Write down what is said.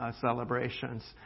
celebrations